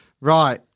Right